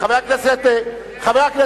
חבר הכנסת אקוניס,